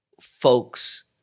folks